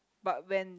but when